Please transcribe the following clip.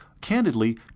candidly